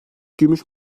gümüş